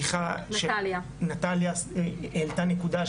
נטליה העלתה נקודה,